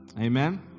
Amen